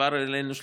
עבר אלינו 35,